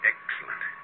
Excellent